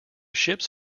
ships